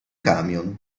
camion